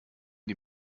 die